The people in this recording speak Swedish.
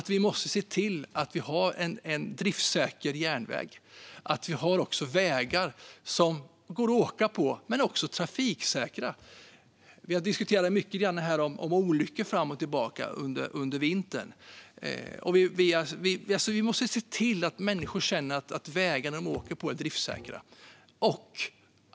Vi måste se till att ha en driftssäker järnväg och också har vägar som går att åka på och som är trafiksäkra. Vi har diskuterat olyckor mycket under vintern. Vi måste se till att människor känner att de vägar de åker på är driftssäkra.